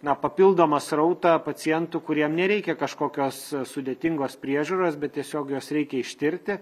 na papildomą srautą pacientų kuriem nereikia kažkokios sudėtingos priežiūros bet tiesiog juos reikia ištirti